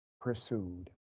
pursued